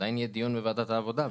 עדיין יהיה דיון בוועדת העבודה,